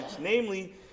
namely